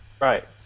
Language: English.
right